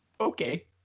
okay